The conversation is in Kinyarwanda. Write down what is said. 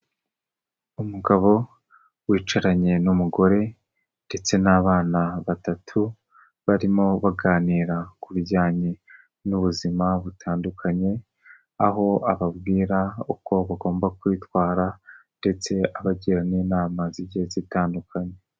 Umugabo wicaranye n'umugore ndetse n'abana batatu barimo baganira ku bijyanye n'ubuzima butandukanye, aho ababwira uko bagomba kwitwara ndetse abagira n'inama zigiye zitandukanye.